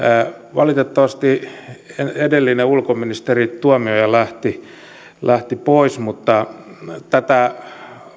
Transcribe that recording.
valitettavasti edellinen ulkoministeri tuomioja lähti lähti pois mutta tätä